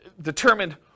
Determined